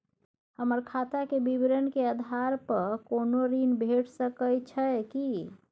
हमर खाता के विवरण के आधार प कोनो ऋण भेट सकै छै की?